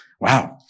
Wow